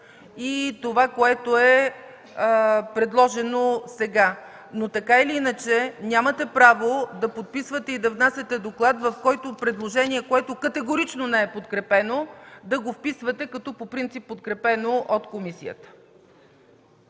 като проект и предложеното сега. Нямате право да подписвате и да внасяте доклад, в който предложение, което категорично не е подкрепено, да го вписвате като „по принцип подкрепено от комисията”.